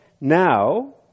Now